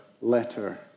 letter